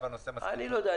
אני לא יודע,